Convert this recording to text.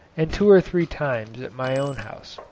and two or three times at my own house.